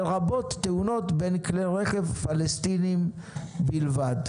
לרבות תאונות בין כלי רכב פלסטינים בלבד".